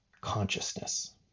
consciousness